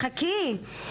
חכי,